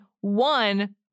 One